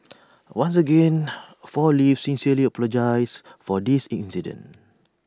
once again four leaves sincerely apologises for this incident